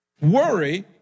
Worry